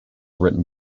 written